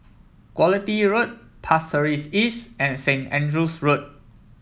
Quality Road Pasir Ris East and Saint Andrew's Road